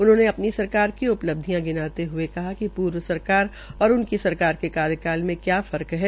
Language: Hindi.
उन्होंने अपनी सरकार की उपलब्धियों को गिनाते हये कहा कि पूर्व सरकार और उनकी सरकार के कार्यालय में क्या फर्क है